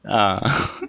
啊